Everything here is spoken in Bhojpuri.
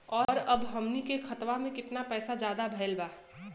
और अब हमनी के खतावा में कितना पैसा ज्यादा भईल बा?